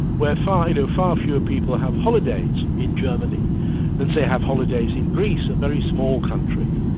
where far you know far fewer people have holidays in germany than say have holidays in greece a very small country.